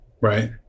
Right